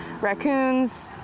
raccoons